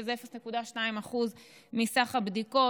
שזה 0.2% מסך הבדיקות,